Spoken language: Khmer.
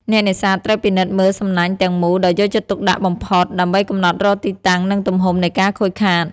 អ្នកនេសាទត្រូវពិនិត្យមើលសំណាញ់ទាំងមូលដោយយកចិត្តទុកដាក់បំផុត ដើម្បីកំណត់រកទីតាំងនិងទំហំនៃការខូចខាត។